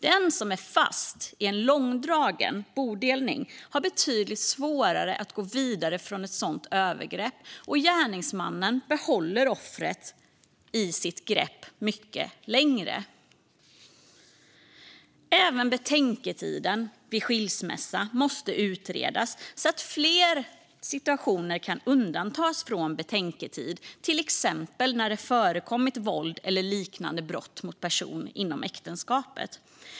Den som är fast i en långdragen bodelning har betydligt svårare att gå vidare från ett sådant övergrepp, och gärningsmannen behåller offret i sitt grepp mycket längre. Även betänketiden vid skilsmässa måste utredas så att fler situationer kan undantas från betänketiden, till exempel när det har förekommit våld eller liknande brott mot person inom äktenskapet.